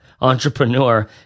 entrepreneur